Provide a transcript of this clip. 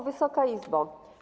Wysoka Izbo!